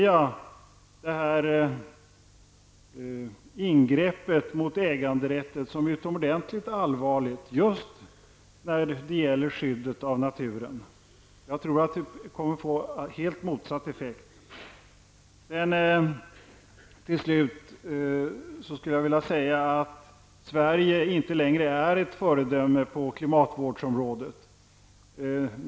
Jag ser ingreppet mot äganderätten som utomordentligt allvarligt just med tanke på skyddet av naturen. Jag tror att det blir en effekt helt motsatt den avsedda. Till slut skulle jag vilja säga att Sverige inte längre är ett föredöme på klimatvårdsområdet.